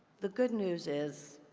the good news is,